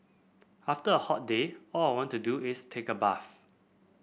after a hot day all I want to do is take a bath